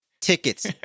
Tickets